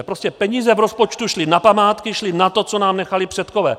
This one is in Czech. Prostě peníze v rozpočtu šly na památky, šly na to, co nám nechali předkové.